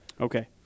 Okay